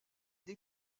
des